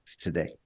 today